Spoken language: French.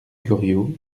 goriot